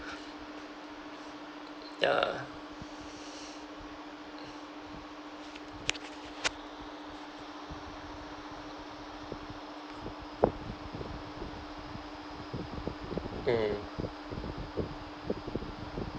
ya mm